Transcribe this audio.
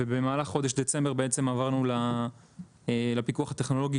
כשבמהלך חודש דצמבר עברנו לפיקוח הטכנולוגי